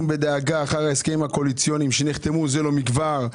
בדאגה אחר ההסכם הקואליציוני שנחתם זה לא מכבר",